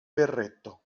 berretto